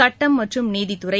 சுட்டம் மற்றும் நீதித்துறை